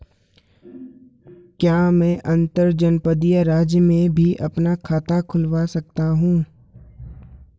क्या मैं अंतर्जनपदीय राज्य में भी अपना खाता खुलवा सकता हूँ?